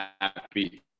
happy